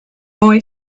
boy